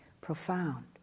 profound